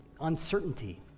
uncertainty